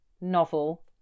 novel